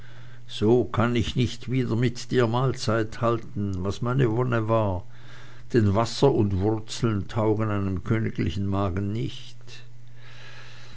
so kann ich nicht wieder mit dir mahlzeit halten was meine wonne war denn wasser und wurzeln taugen einem königlichen magen nicht